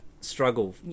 struggle